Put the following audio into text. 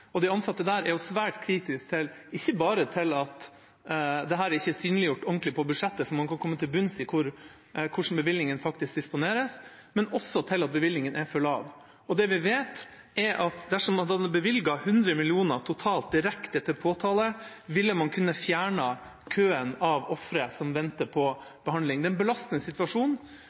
og de ansatte der er svært kritiske ikke bare til at dette ikke er synliggjort ordentlig i budsjettet så man kan komme til bunns i hvordan bevilgningen faktisk disponeres, men også til at bevilgningen er for lav. Det vi vet, er at dersom man hadde bevilget 100 mill. kr totalt direkte til påtale, ville man kunne fjernet køen av ofre som venter på behandling. Det er en belastende situasjon